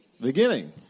beginning